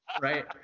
right